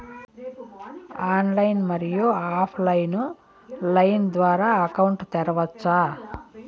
Online, మరియు offline line ద్వారా account తెరవచ్చా?